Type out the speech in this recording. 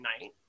night